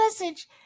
message